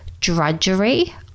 drudgery